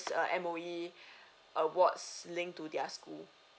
err M_O_E awards linked to their school